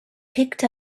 picked